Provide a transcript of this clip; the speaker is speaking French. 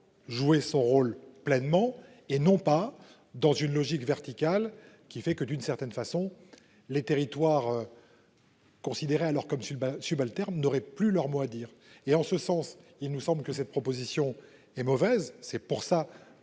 jouer son rôle pleinement et non pas dans une logique verticale qui fait que d'une certaine façon les territoires. Considéré alors comme le ben subalterne n'auraient plus leur mot à dire et en ce sens. Il nous semble que cette proposition est mauvaise. C'est pour ça que